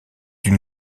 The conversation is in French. une